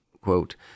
quote